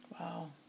Wow